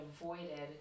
avoided